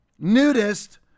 nudist